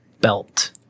belt